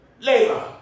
Labor